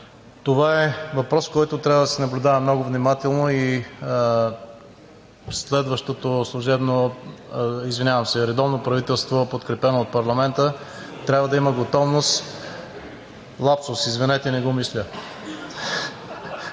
Това е въпрос, който трябва да се наблюдава много внимателно и от следващото служебно (оживление), извинявам се, редовно правителство, подкрепено от парламента. (Реплики.) Трябва да има готовност – лапсус, извинете, не го мисля,